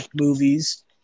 movies